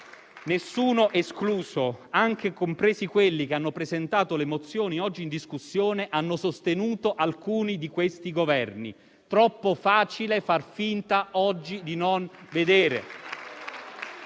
nessuno escluso, compresi anche quelli che hanno presentato le mozioni oggi in discussione, hanno sostenuto alcuni di questi Governi. Troppo facile far finta oggi di non vedere!